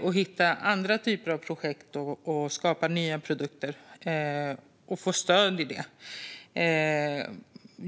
och hitta andra typer av projekt, skapa nya produkter och få stöd i det.